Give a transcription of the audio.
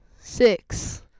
Six